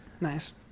Nice